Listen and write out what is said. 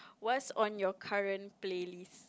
what's on your current playlist